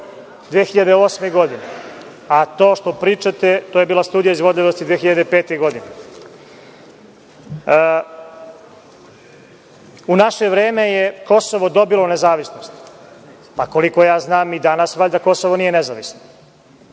2008. godine, a to što pričate, to je bila studija izvodljivosti 2005. godine.U naše vreme je Kosovo dobilo nezavisnost. Koliko ja znam, i danas valjda Kosovo nije nezavisno,